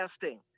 testing